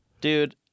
dude